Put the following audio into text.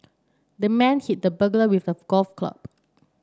the man hit the burglar with a golf club